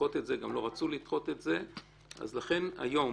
לדחות את זה, גם לא רצו לדחות את זה אז לכן היום,